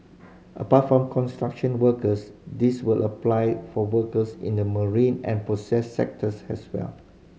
apart from construction workers this will apply for workers in the marine and process sectors as well